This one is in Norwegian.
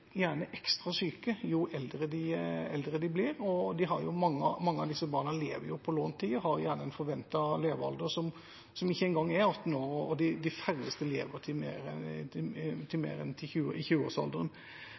og mange av disse barna lever på lånt tid og har gjerne en forventet levealder som ikke engang er 18 år, og de færreste lever ikke mer enn til 20-årsalderen. Takk for et godt svar. Jeg opplever at dette er en klar marsjordre til